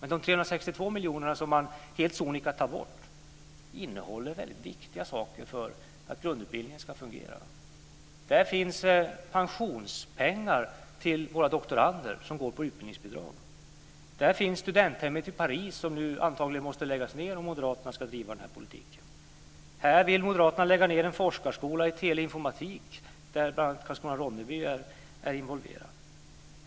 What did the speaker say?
Men de 362 miljoner som man helt sonika tar bort innehåller väldigt viktiga saker för att grundutbildningen ska fungera. Där finns pensionspengar till våra doktorander, som går på utbildningsbidrag. Där finns studenthemmet i Paris, som antagligen måste läggas ned om moderaterna ska driva den här politiken. Moderaterna vill lägga ned en forskarskola i teleinformatik, där bl.a. Karlskrona/Ronneby är involverad.